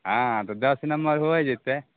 हँ तऽ दस नम्बर होइ जेतै